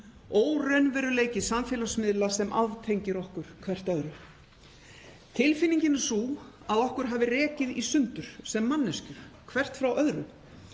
Óraunveruleiki samfélagsmiðla sem aftengir okkur hvert öðru. Tilfinningin er sú að okkur hafi rekið í sundur, sem manneskjur, hvert frá öðru.